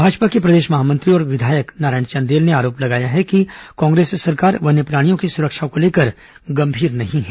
भाजपा के प्रदेश महामंत्री और विधायक नारायण चंदेल ने आरोप लगाया है कि कांग्रेस सरकार वन्य प्राणियों की सुरक्षा को लेकर गंभीर नहीं है